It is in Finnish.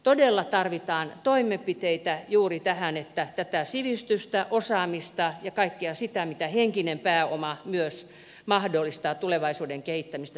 todella tarvitaan toimenpiteitä juuri tähän että tätä sivistystä osaamista ja kaikkea sitä minkä henkinen pääoma myös mahdollistaa tulevaisuuden kehittämistä tuetaan